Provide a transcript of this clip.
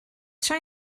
tra